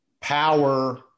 power